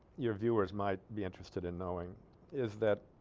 your viewers might be interested in knowing is that